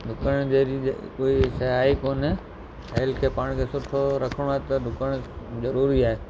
डुकणु जहिड़ी कोई शइ आहे ई कोन हेल्थ खे पाण खे सुठो रखिणो आहे त डुकणु ज़रूरी आहे